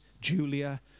Julia